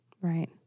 Right